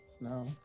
No